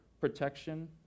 protection